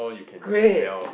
great